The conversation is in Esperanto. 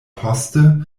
poste